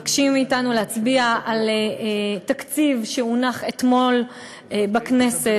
מבקשים מאתנו להצביע על תקציב שהונח אתמול בכנסת.